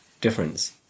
difference